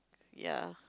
ya